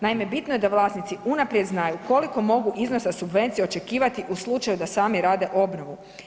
Naime, bitno je da vlasnici unaprijed znaju koliko mogu iznosa subvencije očekivati u slučaju da sami rade obnovu.